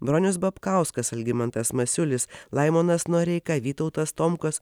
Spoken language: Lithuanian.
bronius babkauskas algimantas masiulis laimonas noreika vytautas tomkus